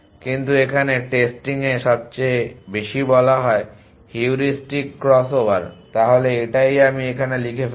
কিন্তু এখানে টেস্টিং 1 এ সবচেয়ে বেশি বলা হয় হিউরিস্টিক ক্রসওভার তাহলে এটাই আমি এখানে লিখে ফেলি